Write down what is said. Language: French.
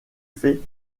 fait